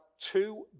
two